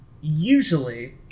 Usually